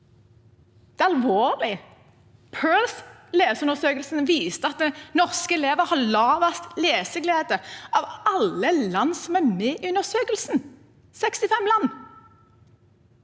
Det er alvorlig. PIRLS, leseundersøkelsen, viste at norske elever har lavest leseglede av alle land som er med i undersøkelsen, 65 land.